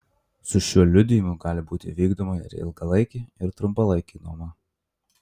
su šiuo liudijimu gali būti vykdoma ir ilgalaikė ir trumpalaikė nuoma